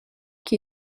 qui